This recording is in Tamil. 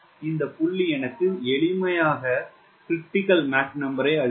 எனவே இந்த புள்ளி எனக்கு எளிமையான 𝑀CR அளிக்கும்